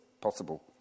possible